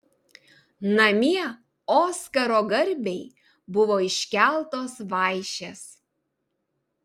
namie oskaro garbei buvo iškeltos vaišės